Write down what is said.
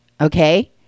Okay